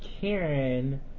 Karen